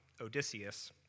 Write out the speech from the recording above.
Odysseus